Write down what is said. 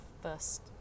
first